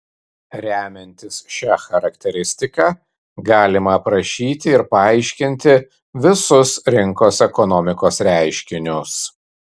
remiantis šia charakteristika galima aprašyti ir paaiškinti visus rinkos ekonomikos reiškinius